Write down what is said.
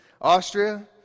Austria